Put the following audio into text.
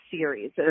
series